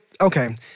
okay